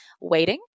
waiting